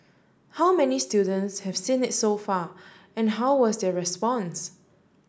how many students have seen it so far and how was their response